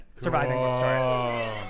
Surviving